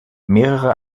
mehrere